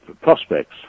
prospects